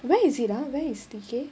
where is it ah where is T_K